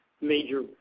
major